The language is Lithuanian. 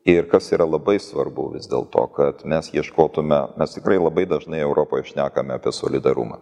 ir kas yra labai svarbu vis dėl to kad mes ieškotume mes tikrai labai dažnai europoj šnekame apie solidarumą